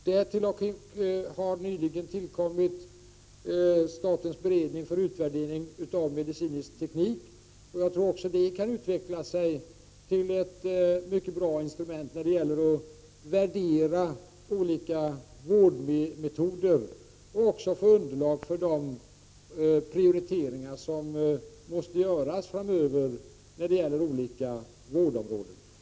Därtill har nyligen tillkommit statens beredning för utvärdering av medicinsk teknik. Också den är något som kan utvecklas till ett mycket bra instrument när det gäller att värdera olika vårdmetoder och också för att få underlag för de prioriteringar som måste göras framöver när det gäller olika vårdområden.